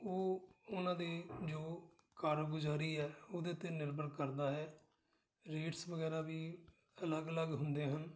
ਉਹ ਉਹਨਾਂ ਦੇ ਜੋ ਕਾਰਗੁਜ਼ਾਰੀ ਹੈ ਉਹਦੇ 'ਤੇ ਨਿਰਭਰ ਕਰਦਾ ਹੈ ਰੇਟਸ ਵਗੈਰਾ ਵੀ ਅਲੱਗ ਅਲੱਗ ਹੁੰਦੇ ਹਨ